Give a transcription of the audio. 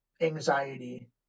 anxiety